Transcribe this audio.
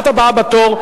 את הבאה בתור,